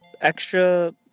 extra